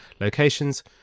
locations